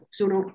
sono